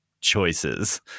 choices